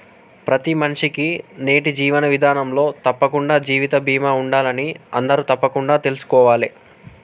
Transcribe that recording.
ప్రతి మనిషికీ నేటి జీవన విధానంలో తప్పకుండా జీవిత బీమా ఉండాలని అందరూ తప్పకుండా తెల్సుకోవాలే